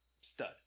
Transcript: stud